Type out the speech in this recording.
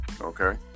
Okay